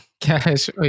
Cash